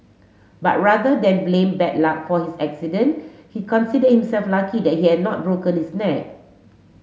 but rather than blame bad luck for his accident he considered himself lucky that he had not broken his neck